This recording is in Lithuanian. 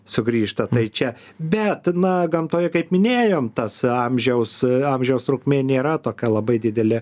sugrįžta tai čia bet na gamtoje kaip minėjom tas amžiaus amžiaus trukmė nėra tokia labai didelė